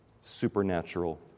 supernatural